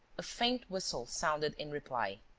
a faint whistle sounded in reply.